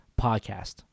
podcast